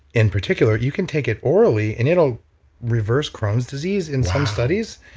in particular, you can take it orally and it'll reverse crohn's disease in some studies.